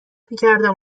میکردم